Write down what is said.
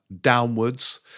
downwards